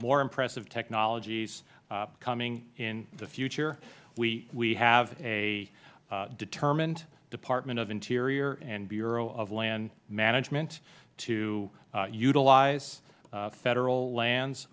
more impressive technologies coming in the future we have a determined department of interior and bureau of land management to utilize federal lands